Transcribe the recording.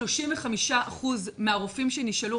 35% מהרופאים שנשאלו,